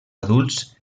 adults